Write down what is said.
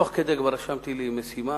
תוך כדי כבר רשמתי לי משימה,